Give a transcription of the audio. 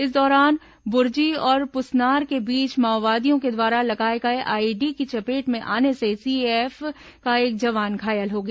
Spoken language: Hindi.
इस दौरान बुरजी और पुसनार के बीच माओवादियों द्वारा लगाए गए आईईडी की चपेट में आने से सीएएफ का एक जवान घायल हो गया